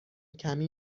کمی